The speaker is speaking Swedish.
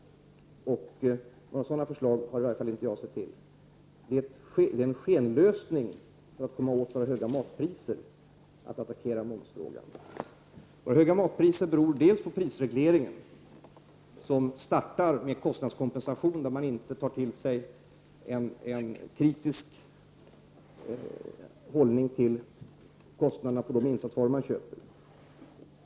Några sådana förslag har i varje fall inte jag sett till. Det är en skenlösning att attackera momsfrågan för att komma åt de höga matpriserna. Höga matpriser beror bl.a. på prisregleringen. Det startar med en kostnadskompensation där man inte har en kritisk hållning till kostnaderna på de insatsvaror man köper.